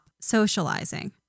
socializing